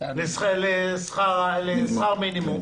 לשכר מינימום